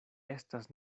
estas